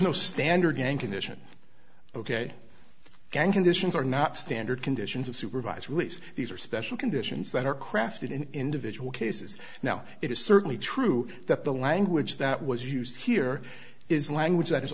no standard gang condition ok gang conditions are not standard conditions of supervised release these are special conditions that are crafted in individual cases now it is certainly true that the language that was used here is language that